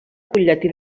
butlletí